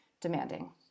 demanding